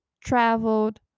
traveled